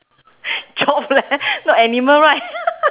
job leh not animal right